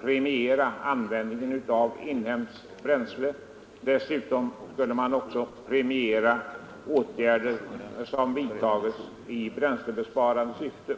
premiera användningen av inhemskt bränsle. Dessutom skulle man med skattelättnader premiera åtgärder som vidtas i bränslebesparande syfte.